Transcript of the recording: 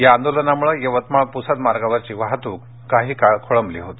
या आंदोलनाम्ळे यवतमाळ प्सद मार्गावरची वाहतूक काही काळ खोळंबली होती